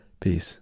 Peace